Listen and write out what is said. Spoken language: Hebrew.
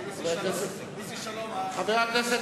איזה שלום, חבר הכנסת